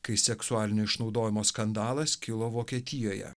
kai seksualinio išnaudojimo skandalas kilo vokietijoje